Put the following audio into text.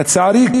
לצערי,